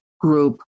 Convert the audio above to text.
group